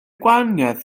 gwahaniaeth